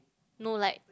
no like